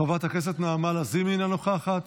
חברת הכנסת נעמה לזימי, אינה נוכחת,